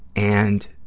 and